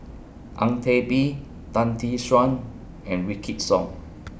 Ang Teck Bee Tan Tee Suan and Wykidd Song